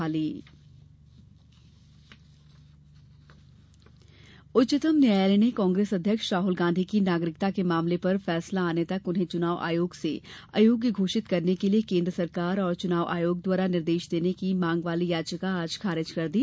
उच्चतम न्यायालय उच्चतम न्यायालय ने कांग्रेस अध्यक्ष राहुल गांधी की नागरिकता के मामलें पर फैसला आने तक उन्हें चुनाव लड़ने से अयोग्य घोषित करने के लिये केन्द्र सरकार और चुनाव आयोग को निर्देश देने की मांग वाली याचिका आज खारिज कर दी